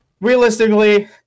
Realistically